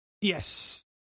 Yes